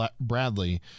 Bradley